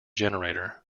generator